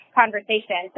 conversation